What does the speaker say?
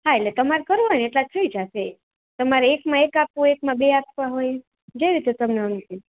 હા એટલે તમારે કરવું હોય એટલે થઈ જશે તમારે એકમાં એક આપવો હોય એકમાં બે આપવા હોય જે રીતને તમને અનુકૂળ